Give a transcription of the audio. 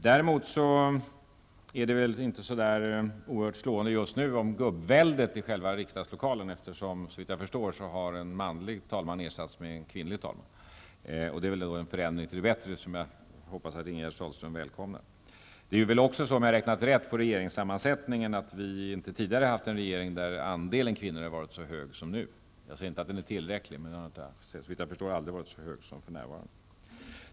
Däremot är det väl inte så oerhört slående med gubbväldet i själva riksdagslokalen, eftersom en manlig talman ersatts med en kvinnlig. Det är väl en förändring till det bättre som jag hoppas att Ingegerd Sahlström välkomnar. Om jag har räknat rätt på regeringssammansättningen är det väl så att vi aldrig tidigare har haft en regering där andelen kvinnor har varit så stor som nu. Jag säger inte att den är tillräckligt stor, men den har aldrig, såvitt jag förstår, varit så stor som för närvarande.